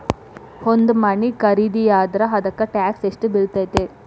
ಒಂದ್ ಮನಿ ಖರಿದಿಯಾದ್ರ ಅದಕ್ಕ ಟ್ಯಾಕ್ಸ್ ಯೆಷ್ಟ್ ಬಿಳ್ತೆತಿ?